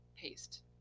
paste